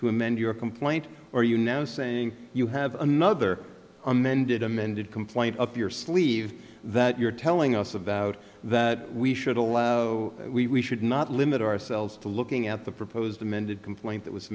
to amend your complaint or are you now saying you have another amended amended complaint up your sleeve that you're telling us about that we should allow we should not limit ourselves to looking at the proposed amended complaint that was